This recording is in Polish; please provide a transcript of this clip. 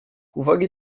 uwagi